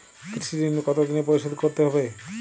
কৃষি ঋণ কতোদিনে পরিশোধ করতে হবে?